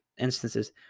instances